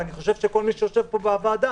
ואני חושב שכל מי שיושב פה בוועדה